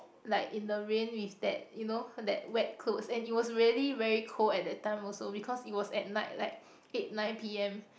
like in the rain with that you know that wet clothes and it was really very cold at that time also because it was at night like eight nine P_M